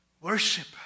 Worship